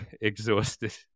exhausted